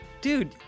Dude